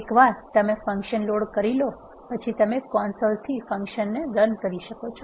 એકવાર તમે function load કરી લો પછી તમે કન્સોલથી ફંક્શનને રન શકો છો